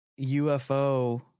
UFO